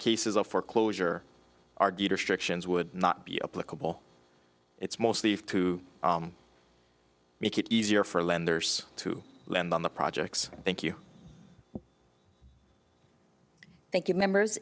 cases of foreclosure argue destructions would not be a political it's mostly to make it easier for lenders to lend on the projects thank you thank you members